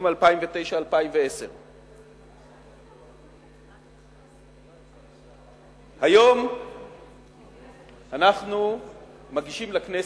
2009 2010. היום אנחנו מגישים לכנסת,